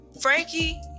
Frankie